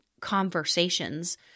conversations